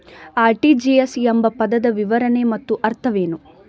RTGS ಎಂಬ ಪದದ ವಿವರಣೆ ಮತ್ತು ಅರ್ಥವೇನು?